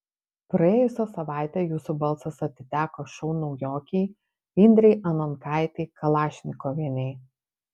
praėjusią savaitę jūsų balsas atiteko šou naujokei indrei anankaitei kalašnikovienei